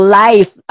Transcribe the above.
life